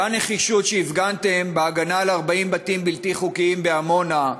אותה נחישות שהפגנתם בהגנה על 40 בתים בלתי חוקיים בעמונה,